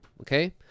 Okay